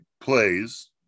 plays –